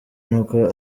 n’uko